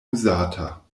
uzata